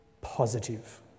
positive